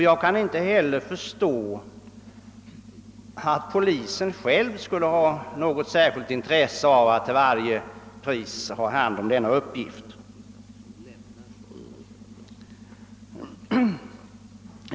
Jag kan inte heller förstå att polisen själv han ha något speciellt intresse av att till varje pris ha hand om detta.